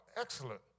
excellent